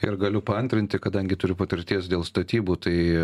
ir galiu paantrinti kadangi turiu patirties dėl statybų tai